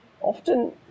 often